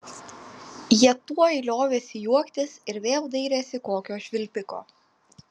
jie tuoj liovėsi juoktis ir vėl dairėsi kokio švilpiko